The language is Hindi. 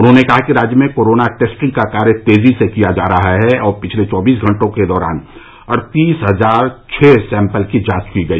उन्होंने कहा कि राज्य में कोरोना टेस्टिंग का कार्य तेजी से किया जा रहा है और पिछले चौबीस घंटों के दौरान अड़तीस हजार छः सैम्पल की जांच की गई